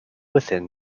within